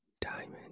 diamond